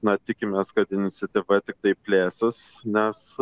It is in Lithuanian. na tikimės kad iniciatyva tiktai plėsis nes